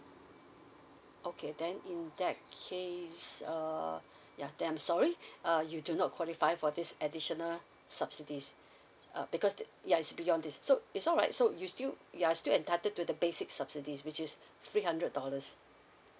okay then in that case err yeah then I'm sorry uh you do not qualify for this additional subsidies uh because the ya it's beyond this so it's alright so you still you're still entitled to the basic subsidies which is three hundred dollars